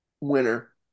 winner